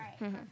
right